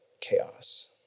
chaos